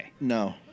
No